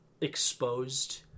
exposed